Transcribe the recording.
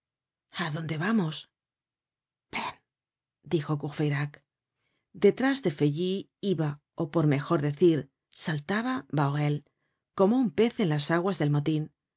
a dónde vamos ven dijo courfeyrac detrás de feuilly iba ó por mejor decir saltaba bahorel como un pez en las aguas del motin